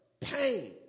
pain